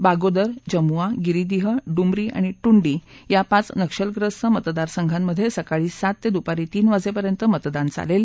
बागोदर जमुआ गिरीदीह डुमरी आणि टुंडी या पाच नक्षलग्रस्त मतदारसंघांमधे सकाळी सात ते दुपारी तीन वाजेपर्यंत मतदान चालेल